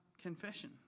confession